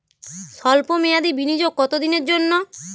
সল্প মেয়াদি বিনিয়োগ কত দিনের জন্য?